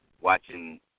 watching